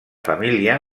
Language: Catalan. família